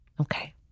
Okay